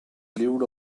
lived